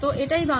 এটাই দ্বন্দ্ব